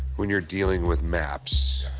when you're dealing with maps.